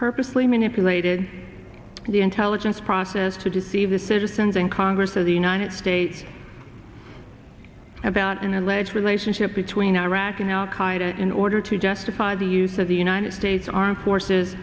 purposely manipulated the intelligence process to deceive the citizens and congress of the united states about an alleged relationship between iraq and al qaeda in order to justify the use of the united states armed forces